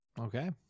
Okay